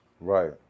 Right